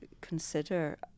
consider